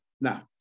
now